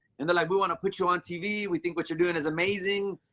and they're like, we want to put you on tv, we think what you're doing is amazing.